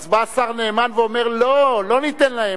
אז בא השר נאמן ואומר: לא, לא ניתן להם.